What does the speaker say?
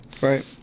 Right